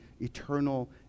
eternal